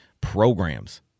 programs